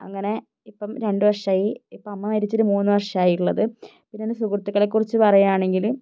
അങ്ങനെ ഇപ്പം രണ്ട് വർഷായി ഇപ്പോൾ അമ്മ മരിച്ചിട്ട് മൂന്ന് വർഷമായി ഉള്ളത് പിന്നെ എന്റെ സുഹൃത്തുക്കളെക്കുറിച്ച് പറയുകയാണെങ്കിൽ